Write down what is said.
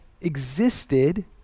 existed